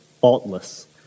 faultless